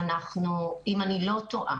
באיזה תנאים,